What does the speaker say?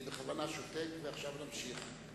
אני בכוונה שותק ועכשיו נמשיך.